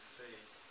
face